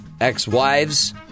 Ex-wives